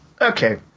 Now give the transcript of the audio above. Okay